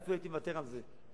אולי אפילו הייתי מוותר על זה,